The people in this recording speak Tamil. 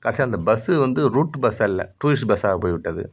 கடைசியாக அந்த பஸ் வந்து ரூட் பஸ் அல்ல டூரிஸ்ட் பஸ்ஸாக போய் விட்டது